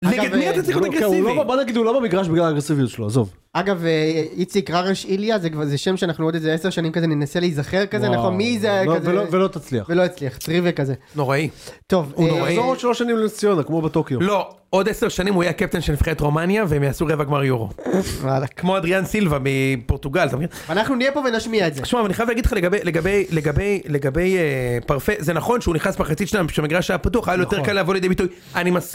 נגד מי אתה צריך להיות אגרסיבי? בוא נגיד הוא לא במגרש בגלל האגרסיביות שלו, עזוב. אגב אה, איציק ררש-איליה זה שם שאנחנו עוד עשר שנים כזה ננסה להיזכר כזה נכון מי זה היה, ולא תצליח, ולא אצליח. טריוויה כזה. נוראי. טוב, הוא יחזור עוד שלוש שנים לנס-ציונה כמו בטוקיו. לא. עוד עשר שנים הוא יהיה הקפטן של נבחרת רומניה והם יעשו רבע גמר יורו. וואלק. כמו אדריאן סילבה מפורטוגל, אתה מבין? אנחנו נהיה פה ונשמיע את זה. אני חייב להגיד לך לגבי לגבי לגבי לגבי פרפיי זה נכון שהוא נכנס מחצית שניה כשהמגרש היה הפתוח היה לו יותר קל לבוא לידי ביטוי. אני מסכים.